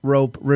Rope